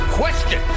question